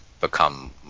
become